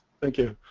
thank you